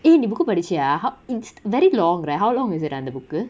eh நீ:nee book uh படிச்சியா:padichiya how it's very long right how long is it அந்த:antha book uh